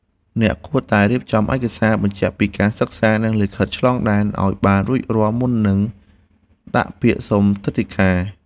អ្នកគួរតែរៀបចំឯកសារបញ្ជាក់ពីការសិក្សានិងលិខិតឆ្លងដែនឱ្យបានរួចរាល់មុននឹងដាក់ពាក្យសុំទិដ្ឋាការ។